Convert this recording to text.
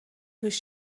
توش